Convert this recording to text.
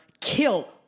kill